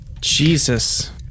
Jesus